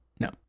No